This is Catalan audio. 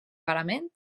parament